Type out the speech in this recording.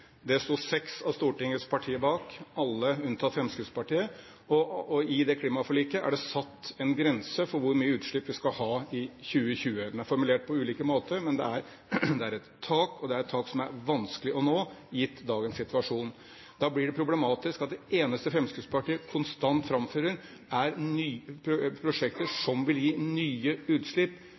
Det sto seks av Stortingets partier bak – alle unntatt Fremskrittspartiet. I det klimaforliket er det satt en grense for hvor mye utslipp vi skal ha i 2020. Det er formulert på ulike måter, men det er et tak, og det er et tak som det er vanskelig å nå gitt dagens situasjon. Da blir det problematisk at det eneste Fremskrittspartiet konstant framfører, er prosjekter som vil gi nye utslipp,